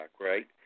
right